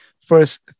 first